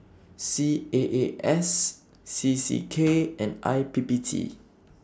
C A A S C C K and I P P T